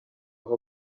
aho